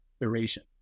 duration